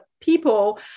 people